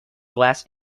glass